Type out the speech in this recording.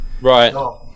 right